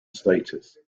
status